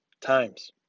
times